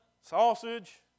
sausage